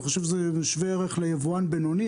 זה שווה ערך ליבואן בינוני.